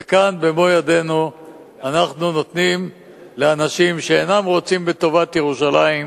וכאן במו ידינו אנחנו נותנים לאנשים שאינם רוצים בטובת ירושלים,